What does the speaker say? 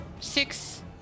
Six